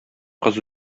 кыз